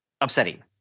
upsetting